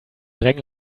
einen